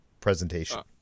presentation